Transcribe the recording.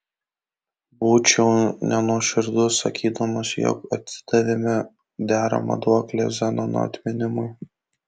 būčiau nenuoširdus sakydamas jog atidavėme deramą duoklę zenono atminimui